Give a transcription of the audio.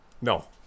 No